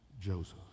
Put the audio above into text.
Joseph